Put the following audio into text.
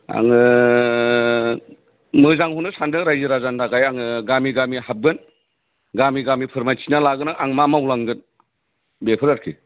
आंङो मोजांखौनो सानदों रायजो राजानि थाखाय आंङो गामि गामि हाबगोन गामि गामि फोरमायथिना लागोन आं मा मावलांगोन बेफोर आरखि